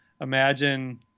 Imagine